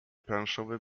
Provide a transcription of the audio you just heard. planszowe